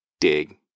dig